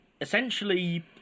essentially